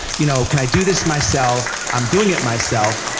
you know, can i do this myself, i'm doing it myself,